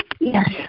Yes